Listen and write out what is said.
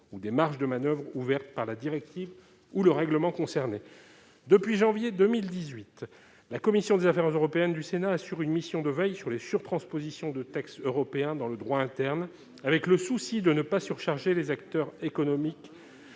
ou des marges de manoeuvre ouvertes par la directive ou le règlement, concernés depuis janvier 2018, la commission des affaires européennes du Sénat assure une mission de veille sur les surtranspositions de textes européens dans le droit interne avec le souci de ne pas surcharger les acteurs économiques